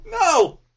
No